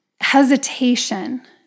hesitation